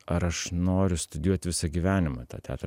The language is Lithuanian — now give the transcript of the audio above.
ar aš noriu studijuot visą gyvenimą tą teatrą